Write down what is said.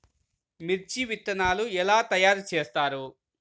మిర్చి విత్తనాలు ఎలా తయారు చేస్తారు?